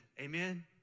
amen